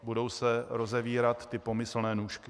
Budou se rozevírat pomyslné nůžky.